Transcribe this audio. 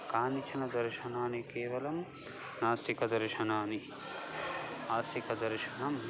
कानिचन दर्शनानि केवलं नास्तिकदर्शनानि आस्तिकदर्शनं